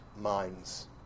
minds